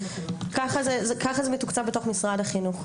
ככה זה מתוקצב בתוך משרד החינוך.